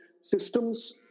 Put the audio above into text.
systems